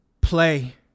play